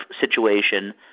situation